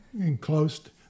enclosed